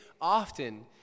often